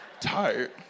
tired